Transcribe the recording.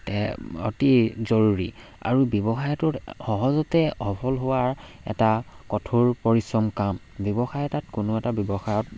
তে অতি জৰুৰী আৰু ব্যৱসায়টোত সহজতে সফল হোৱাৰ এটা কঠোৰ পৰিশ্ৰম কাম ব্যৱসায় এটাত কোনো এটা ব্যৱসায়ত